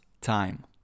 time